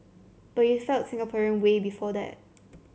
but you felt Singaporean way before that